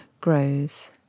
grows